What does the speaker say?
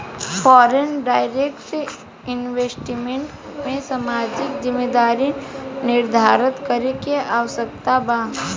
foreign direct investment में सामाजिक जिम्मेदारी निरधारित करे के आवस्यकता बा